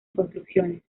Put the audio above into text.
construcciones